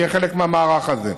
היא תהיה חלק מהמערך הזה.